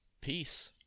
Peace